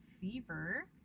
fever